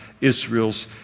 Israel's